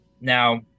Now –